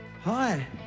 Hi